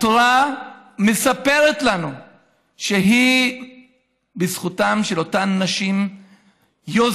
התורה מספרת לנו שהיא בזכותן של אותן נשים יוזמות,